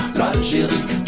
l'Algérie